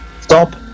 Stop